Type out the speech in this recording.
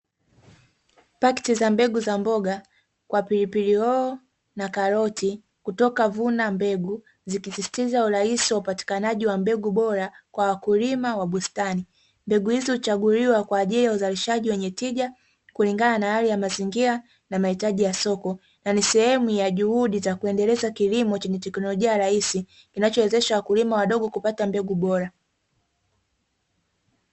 Pakiti za mbegu za mboga kwa pilipili hoho na karoti kutoka "vuna mbegu", zikisisitiza urahisi wa upatikanaji wa mbegu bora kwa wakulima wa bustani. Mbegu hizi huchaguliwa kwa ajili ya uzalishaji wenye tija kulingana na hali ya mazingira na mahitaji ya soko, na ni sehemu ya juhudi za kuendeleza kilimo chenye teknolojia rahisi ,kinachowezesha wakulima wadogo kupata mbegu bora.